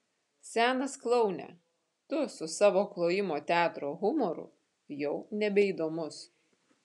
senas kloune tu su savo klojimo teatro humoru jau nebeįdomus